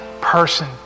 person